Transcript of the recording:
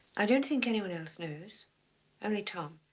i don't think anyone else knows only tom.